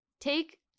take